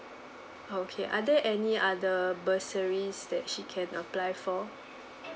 okay are there any other bursaries that she can apply for